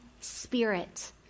spirit